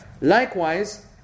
Likewise